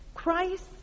Christ